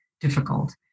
difficult